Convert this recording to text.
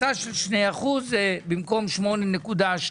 הפחתה של 2% במקום 8.2%,